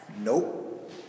Nope